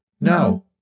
No